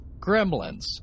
gremlins